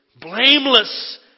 blameless